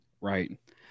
Right